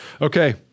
Okay